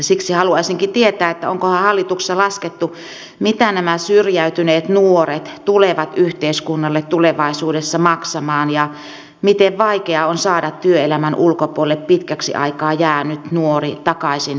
siksi haluaisinkin tietää onkohan hallituksessa laskettu mitä nämä syrjäytyneet nuoret tulevat yhteiskunnalle tulevaisuudessa maksamaan ja miten vaikea on saada työelämän ulkopuolelle pitkäksi aikaa jäänyt nuori takaisin työkykyiseksi